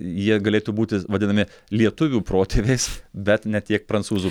jie galėtų būti vadinami lietuvių protėviais bet ne tiek prancūzų